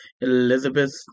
Elizabeth